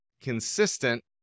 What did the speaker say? consistent